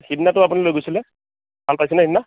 সিদিনাটো আপুনি লৈ গৈছিলে ভাল পাইছেনে সিদিনা